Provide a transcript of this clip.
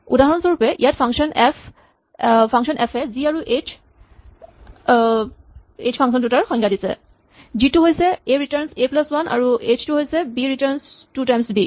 উদাহৰণস্বৰূপে ইয়াত function f a function g আৰু এইচ ৰ সংজ্ঞা দিছে জি টো হৈছে a returns a plus one আৰু এইচ টো হৈছে b return two times B